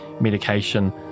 medication